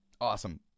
Awesome